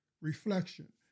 reflection